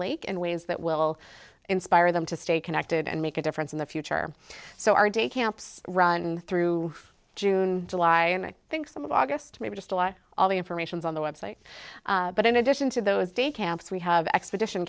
lake in ways that will inspire them to stay connected and make a difference in the future so our day camps run through june july and i think some of august maybe just a lot all the information's on the website but in addition to those day camps we have expedition